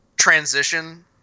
transition